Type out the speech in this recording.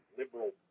liberal